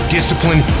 Discipline